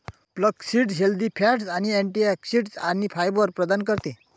flaxseed healthy fats, antioxidants आणि fibre प्रदान करते